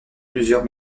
plusieurs